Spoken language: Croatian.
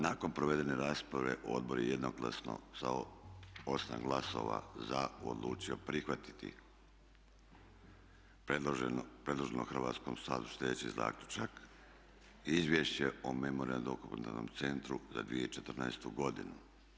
Nakon provedene rasprave odbor je jednoglasno sa 8 glasova za odlučio prihvatiti predloženo Hrvatskom saboru sljedeći zaključak Izvješće o Memorijalno-dokumentarnom centru za 2014. godinu.